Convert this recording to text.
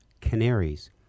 canaries